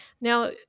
Now